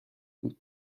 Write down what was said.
بود